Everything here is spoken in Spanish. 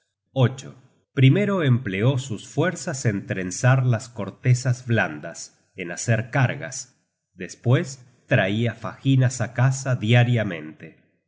largos primero empleó sus fuerzas en trenzar las cortezas blandas en hacer cargas despues traia faginas á casa diariamente